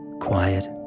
Quiet